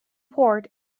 port